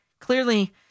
Clearly